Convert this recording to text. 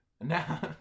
Now